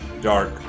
dark